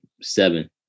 seven